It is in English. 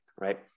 right